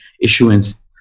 issuance